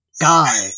Guy